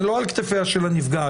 זה לא על כתפיה של הנפגעת.